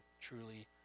truly